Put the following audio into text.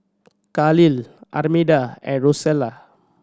Kahlil Armida and Rosella